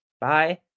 Bye